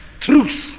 Truth